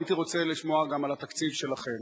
הייתי רוצה לשמוע גם על התקציב שלכם,